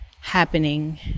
Happening